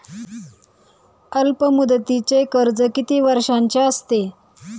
अल्पमुदतीचे कर्ज किती वर्षांचे असते?